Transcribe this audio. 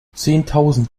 zehntausend